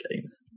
games